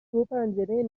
دوپنجره